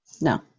No